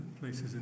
places